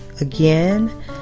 Again